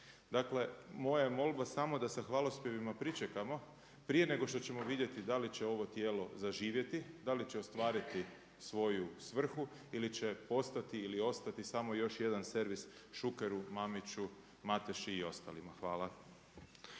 Dakle moja je molba samo da sa hvalospjevima pričekamo prije nego što ćemo vidjeti da li će ovo tijelo zaživjeti, da li će ostvariti svoju svrhu ili će postati ili ostati samo još jedan servis Šukeru, Mamiću, Mateši i ostalima. Hvala.